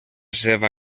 seva